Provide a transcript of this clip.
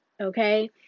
okay